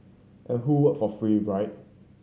and who work for free right